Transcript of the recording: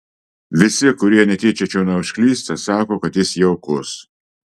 visi kurie netyčia čionai užklysta sako kad jis jaukus